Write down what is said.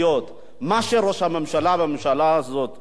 מה שראש הממשלה והממשלה הזאת עשו,